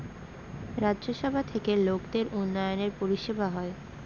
রাজ্য সভা থেকে লোকদের উন্নয়নের পরিষেবা হয়